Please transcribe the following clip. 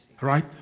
Right